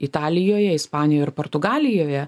italijoje ispanijoje ir portugalijoje